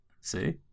See